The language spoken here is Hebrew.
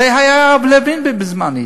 הרי היה הרב לוין בזמנו.